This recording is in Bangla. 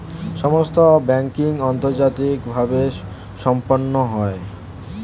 সমস্ত ব্যাংকিং আন্তর্জাতিকভাবে সম্পন্ন হয়